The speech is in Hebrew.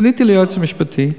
פניתי ליועץ המשפטי,